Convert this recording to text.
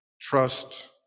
trust